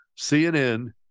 CNN